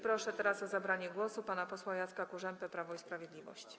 Proszę teraz o zabranie głosu pana posła Jacka Kurzępę, Prawo i Sprawiedliwość.